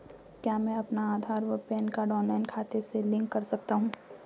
क्या मैं अपना आधार व पैन कार्ड ऑनलाइन खाते से लिंक कर सकता हूँ?